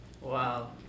Wow